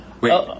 Wait